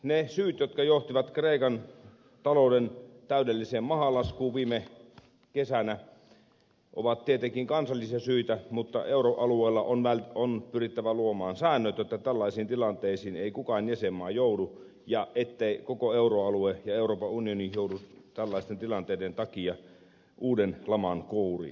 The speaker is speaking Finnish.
ne syyt jotka johtivat kreikan talouden täydelliseen mahalaskuun viime kesänä ovat tietenkin kansallisia syitä mutta euroalueella on pyrittävä luomaan säännöt jotta tällaisiin tilanteisiin ei kukaan jäsenmaa joudu ja jotta koko euroalue ja euroopan unioni ei joudu tällaisten tilanteiden takia uuden laman kouriin